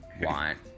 want